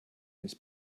his